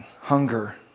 hunger